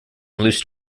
loose